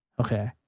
Okay